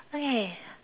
okay